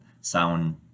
sound